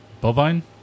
Bovine